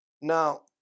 Now